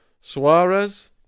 Suarez